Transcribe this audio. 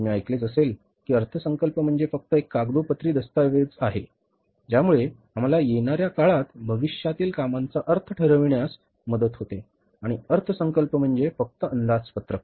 तुम्ही ऐकले असेलच की अर्थसंकल्प म्हणजे फक्त एक कागदोपत्री दस्तऐवज आहे ज्यामुळे आम्हाला येणाऱ्या काळात भविष्यातील कामांचा अर्थ ठरविण्यास मदत होते आणि अर्थसंकल्प म्हणजे फक्त अंदाजपत्रक